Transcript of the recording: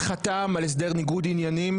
חתם על הסדר ניגוד עניינים,